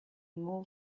more